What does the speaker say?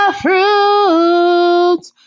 fruits